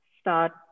start